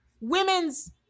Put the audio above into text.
women's